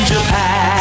Japan